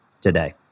today